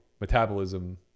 metabolism